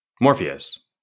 Morpheus